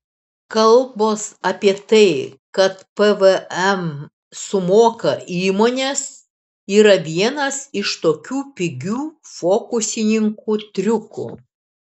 kalbos apie tai kad pvm sumoka įmonės yra vienas iš tokių pigių fokusininkų triukų